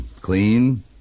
Clean